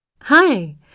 Hi